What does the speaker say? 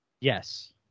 Yes